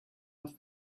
off